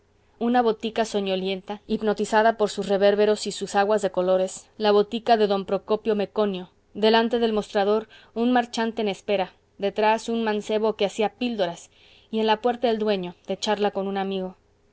una botica soñolienta hipnotizada por sus reverberos y sus aguas de colores la botica de don procopio meconio delante del mostrador un marchante en espera detrás un mancebo que hacía píldoras y en la puerta el dueño de charla con un amigo